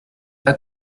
pas